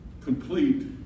complete